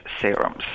serums